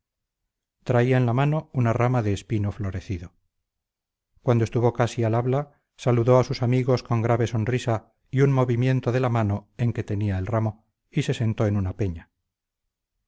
traía en la mano una rama de espino florecido cuando estuvo casi al habla saludó a sus amigos con grave sonrisa y un movimiento de la mano en que tenía el ramo y se sentó en una peña